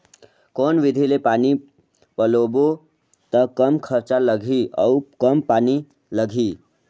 कौन विधि ले पानी पलोबो त कम खरचा लगही अउ कम पानी लगही?